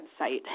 website